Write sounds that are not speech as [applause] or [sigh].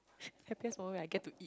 [breath] happiest moment when I get to